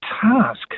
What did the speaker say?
task